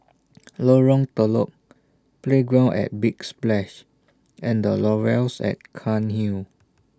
Lorong Telok Playground At Big Splash and The Laurels At Cairnhill